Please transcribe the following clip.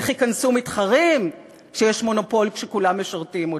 איך ייכנסו מתחרים כשיש מונופול שכולם משרתים אותו?